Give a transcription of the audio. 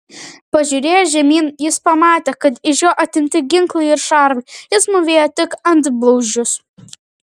pažiūrėjęs žemyn jis pamatė kad iš jo atimti ginklai ir šarvai jis mūvėjo tik antblauzdžius